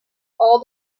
all